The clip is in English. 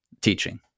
teaching